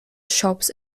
shops